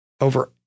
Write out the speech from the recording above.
over